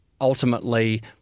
ultimately